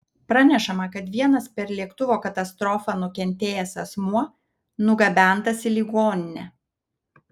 pranešama kad vienas per lėktuvo katastrofą nukentėjęs asmuo nugabentas į ligoninę